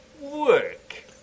work